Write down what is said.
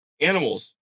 Animals